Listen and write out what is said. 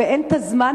ואין את הזמן,